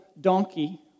donkey